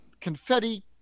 Confetti